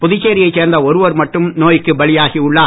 புதுச்சேரியைச் சேர்ந்த ஒருவர் மட்டும் நோய்க்கு பலியாகியுள்ளார்